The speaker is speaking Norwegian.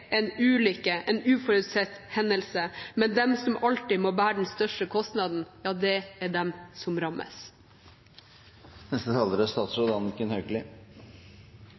en ulykke, en uforutsett hendelse, men de som alltid må bære den største kostnaden, det er de som rammes. Bakteppet for dette representantforslaget er